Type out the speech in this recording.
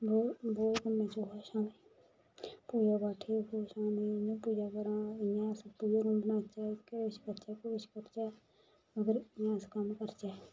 बहुत बहुत कम्मै च खुश आं में पूजा पाठै खुश रौह्न्नी इयां पूजा करां इयां अस पूजा रूम बनाचै केह् किश करचै मगर इयां अस कम्म करचै